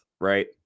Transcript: right